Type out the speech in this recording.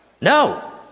No